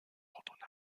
ordonna